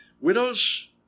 Widows